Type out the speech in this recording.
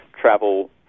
travel